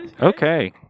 Okay